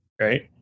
Right